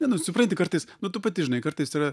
ne nu supranti kartais nu tu pati žinai kartais yra